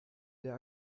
der